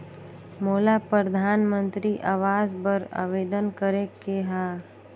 मोला परधानमंतरी आवास बर आवेदन करे के हा?